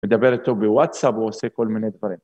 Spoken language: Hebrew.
מדבר איתו בוואטסאפ, ועושה כל מיני דברים.